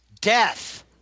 death